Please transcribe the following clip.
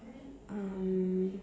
um